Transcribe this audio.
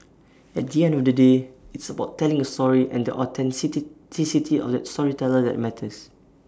at the end of the day it's about telling A story and the of the storyteller that matters